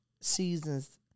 seasons